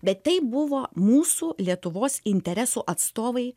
bet tai buvo mūsų lietuvos interesų atstovai